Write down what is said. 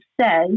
says